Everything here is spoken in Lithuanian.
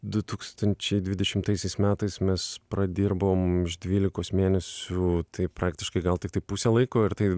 du tūkstančiai dvidešimtaisiais metais mes pradirbom dvylikos mėnesių tai praktiškai gal tiktai pusę laiko ir tai